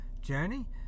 journey